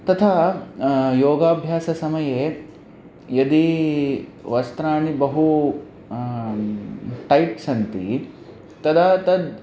तथा योगाभ्याससमये यदि वस्त्राणि बहु टैट् सन्ति तदा तद्